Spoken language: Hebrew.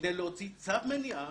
כדי להוציא צו מניעה